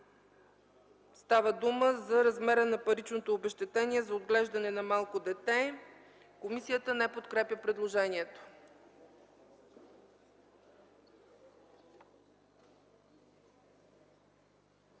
става дума за размера на паричното обезщетение за отглеждане на малко дете. Комисията не подкрепя предложението.